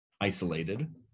isolated